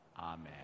Amen